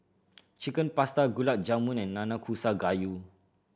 Chicken Pasta Gulab Jamun and Nanakusa Gayu